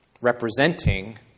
Representing